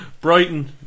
Brighton